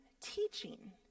teaching